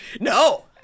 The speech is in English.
No